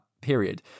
period